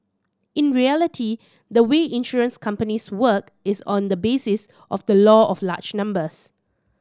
in reality the way insurance companies work is on the basis of the law of large numbers